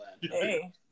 Hey